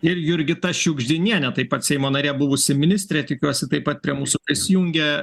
ir jurgita šiugždinienė taip pat seimo narė buvusi ministrė tikiuosi taip pat prie mūsų prisijungia